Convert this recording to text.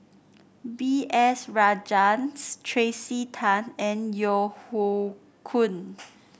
B S Rajhans Tracey Tan and Yeo Hoe Koon